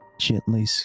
gently